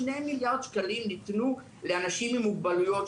שני מיליארד שקלים ניתנו לאנשים עם מוגבלויות,